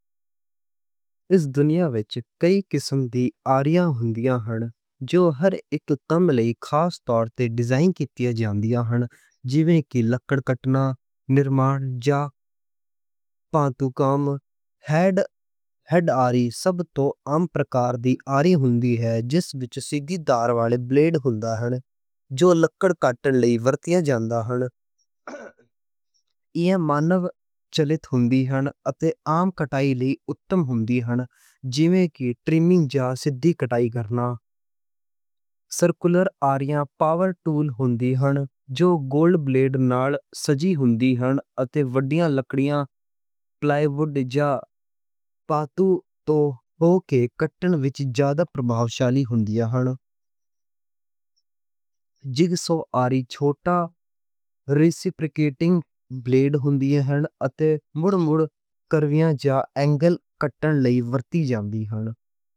اس دنیا وچ کئی قسمیں آریاں ہندیاں نیں۔ جو ہر اک کم لئی خاص طور تے ڈیزائن کیتیاں جان دیاں نیں۔ جیویں کہ لکڑ کٹنا، نِرمان جا، پانتو کم، ہینڈ آری سب توں عام پرکار دی آری ہندی اے۔ جس وچ سیدھی دار والے بلیڈ ہندے نیں۔ جو لکڑ کٹنے لئی ورتیاں جاندا اے۔ ایہ مانَو چلِت ہندی اے اتے عام کٹائی لئی اُتم ہندی اے۔ جیویں کہ ٹرمنگ جا سیدھی کٹائی کرنا۔ سرکولر آریاں پاور ٹول ہندیاں نیں۔ جو گول بلیڈ نال سجی ہندیاں نیں اتے وڈیاں لکڑیاں، پلے وُڈ جا پاتو توں ہکے کٹنے وچ جادا پربھاوشالی ہندیاں نیں۔ جِگ سا آری چھوٹا، رِسِپریکیٹنگ بلیڈ ہندی اے اتے مُڑ مُڑ کروائیاں جا اینگل کٹنے لئی ورتی جاندی اے۔